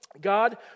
God